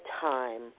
time